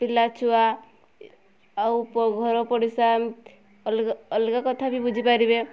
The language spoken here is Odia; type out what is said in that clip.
ପିଲା ଛୁଆ ଆଉ ଘର ପଡ଼ିଶା ଅଲଗା ଅଲଗା କଥା ବି ବୁଝି ପାରିବେ